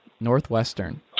Northwestern